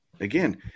Again